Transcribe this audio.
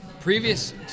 Previous